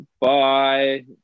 Bye